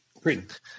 great